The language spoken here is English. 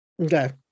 Okay